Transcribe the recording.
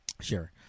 Sure